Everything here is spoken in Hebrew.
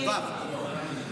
נתקבלה.